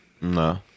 No